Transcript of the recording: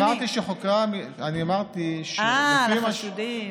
אמרתי שחוקרי, אני אמרתי, אהה, לחשודים.